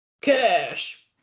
Cash